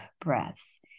breaths